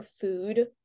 food